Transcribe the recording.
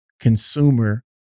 consumer